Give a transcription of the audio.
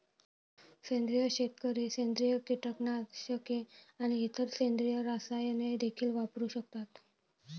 सेंद्रिय शेतकरी सेंद्रिय कीटकनाशके आणि इतर सेंद्रिय रसायने देखील वापरू शकतात